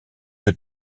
que